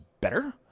better